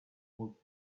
smoke